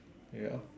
ya